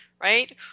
right